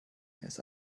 ist